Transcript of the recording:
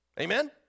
Amen